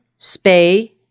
spay